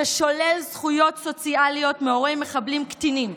ששולל זכויות סוציאליות מהורי מחבלים קטינים.